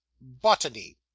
botany